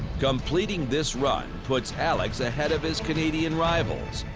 completing this run puts alex ahead of his canadian rivals,